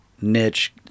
niche